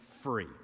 free